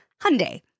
Hyundai